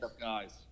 guys